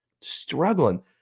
struggling